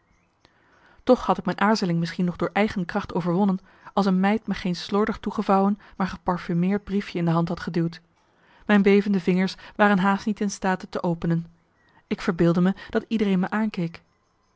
toch had ik mijn aarzeling misschien nog door eigen kracht overwonnen als een meid me geen slordig toegevouwen maar geparfumeerd briefje in de hand had geduwd mijn bevende vingers waren haast niet in staat het te openen ik verbeeldde me dat iedereen me aankeek